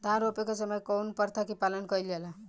धान रोपे के समय कउन प्रथा की पालन कइल जाला?